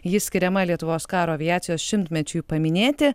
ji skiriama lietuvos karo aviacijos šimtmečiui paminėti